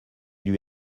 lui